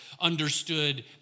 understood